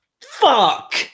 Fuck